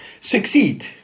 succeed